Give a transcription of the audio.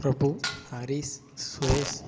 Prabhu Harish Suresh